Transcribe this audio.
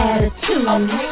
Attitude